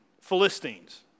Philistines